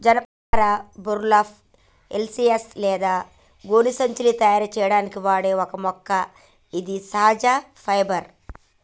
జనపనార burlap, hessian లేదా గోనె సంచులను తయారు సేయడానికి వాడే ఒక మొక్క గిది సహజ ఫైబర్